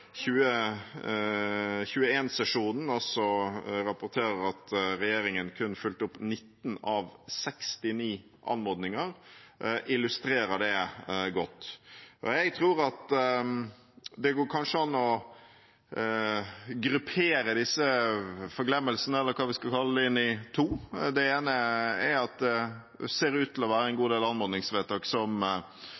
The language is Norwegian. kun fulgte opp 19 av 69 anmodninger, illustrerer det godt. Det går kanskje an å gruppere disse forglemmelsene – eller hva vi skal kalle dem – inn i to. Det ene er at det ser ut til å være en